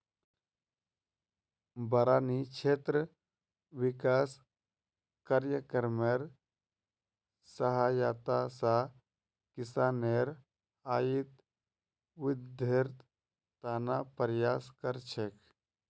बारानी क्षेत्र विकास कार्यक्रमेर सहायता स किसानेर आइत वृद्धिर त न प्रयास कर छेक